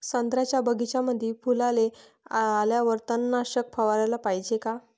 संत्र्याच्या बगीच्यामंदी फुलाले आल्यावर तननाशक फवाराले पायजे का?